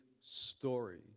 story